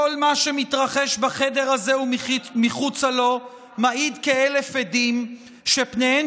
כל מה שמתרחש בחדר הזה ומחוצה לו מעיד כאלף עדים שפניהן